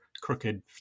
crooked